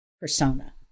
persona